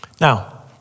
Now